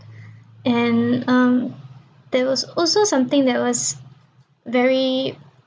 and um there was also something that was very